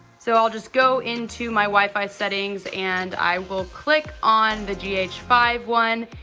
so i'll just go into my wifi settings and i will click on the g h five one.